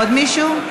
עוד מישהו?